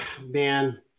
Man